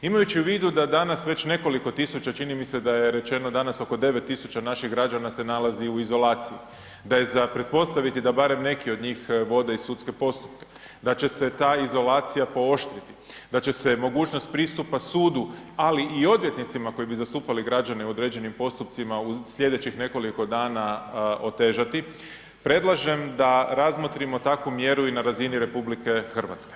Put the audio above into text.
Imajući u vidu da danas već nekoliko tisuća, čini mi se da je rečeno danas oko 9000 naših građana se nalazi u izolaciji, da je za pretpostaviti da barem neki od njih vode i sudske postupke, da će se ta izolacija pooštriti, da će se mogućnost pristupa sudu, ali i odvjetnicima koji bi zastupali građane u određenim postupcima u slijedećih nekoliko dana otežati, predlažem da razmotrimo takvu mjeru i na razini RH.